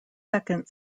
second